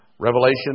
Revelation